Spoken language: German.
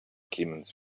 clemens